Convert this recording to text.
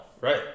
right